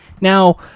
Now